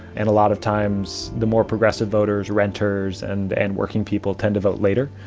and a lot of times the more progressive voters renters and, and working people tend to vote later.